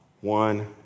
one